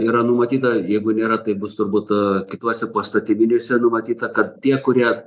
yra numatyta jeigu nėra tai bus tubūt kituose poįstatyminiuose numatyta kad tie kurie